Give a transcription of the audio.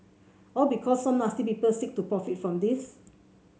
all because some nasty people seek to profit from this